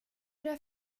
det